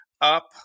up